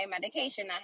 medication